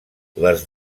les